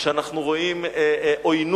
כשאנחנו רואים עוינות,